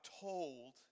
told